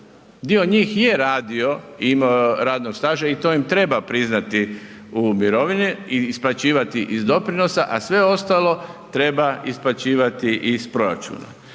Dio njih je radio i imao radnog staža i to im treba priznati u mirovini i isplaćivati iz doprinosa, a sve ostalo treba isplaćivati iz proračuna.